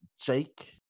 Jake